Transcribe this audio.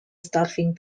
starving